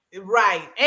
Right